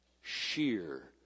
Sheer